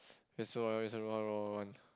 just throw one reason one one one one one